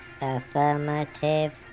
Affirmative